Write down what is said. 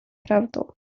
prawdą